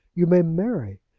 you may marry,